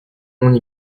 monde